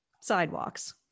sidewalks